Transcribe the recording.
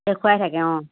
দেখুৱাই থাকে অঁ